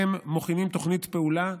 הם מכינים תוכנית פעולה,